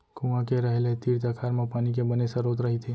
कुँआ के रहें ले तीर तखार म पानी के बने सरोत रहिथे